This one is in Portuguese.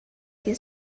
que